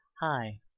Hi